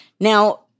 Now